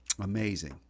Amazing